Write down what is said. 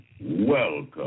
welcome